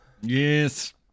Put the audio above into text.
Yes